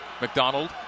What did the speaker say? McDonald